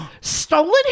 stolen